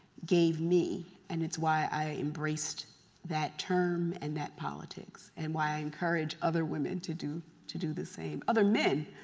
gave me, and it's why i embraced that term and that politics and why i encourage other women to do to do the same. other men,